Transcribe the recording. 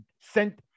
sent